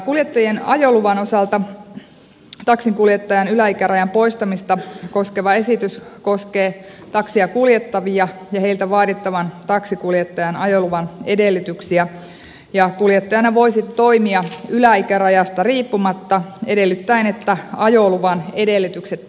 kuljettajien ajoluvan osalta taksinkuljettajan yläikärajan poistamista koskeva esitys koskee taksia kuljettavia ja heiltä vaadittavan taksinkuljettajan ajoluvan edellytyksiä ja kuljettajana voisi toimia yläikärajasta riippumatta edellyttäen että ajoluvan edellytykset täyttyvät